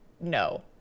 no